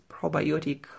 probiotic